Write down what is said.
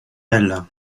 elle